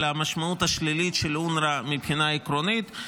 המשמעות השלילית של אונר"א מבחינה עקרונית,